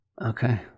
Okay